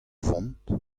vont